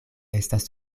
estas